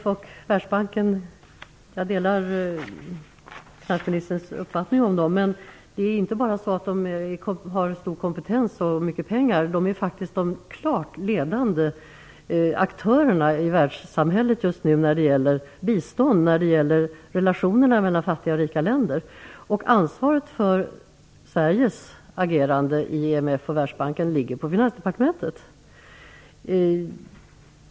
Fru talman! Jag delar finansministerns uppfattning om IMF och Världsbanken. Men de har inte bara stor kompetens och mycket pengar - de är faktiskt de klart ledande aktörerna i världssamhället just nu när det gäller bistånd och när det gäller relationerna mellan fattiga och rika länder. Ansvaret för Sveriges agerande i IMF och Världsbanken ligger på Finansdepartementet.